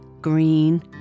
green